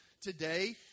today